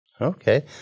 Okay